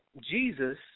Jesus